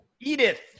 Edith